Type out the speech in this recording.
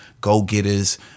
Go-Getters